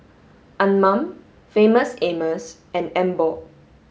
Anmum Famous Amos and Emborg